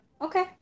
okay